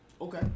Okay